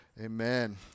Amen